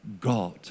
God